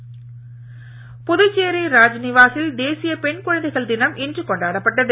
பெண் தினம் புதுச்சேரி ராஜ்நிவாசில் தேசிய பெண் குழந்தைகள் தினம் இன்று கொண்டாடப்பட்டது